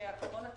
שהקורונה תגיע.